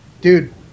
Dude